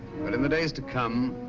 but in the days to come